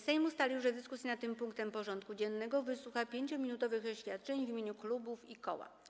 Sejm ustalił, że w dyskusji nad tym punktem porządku dziennego wysłucha 5-minutowych oświadczeń w imieniu klubów i koła.